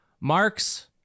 Marx